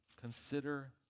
consider